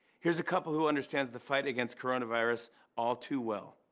here's a couple who understands the fight against coronavirus all too well,